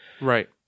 right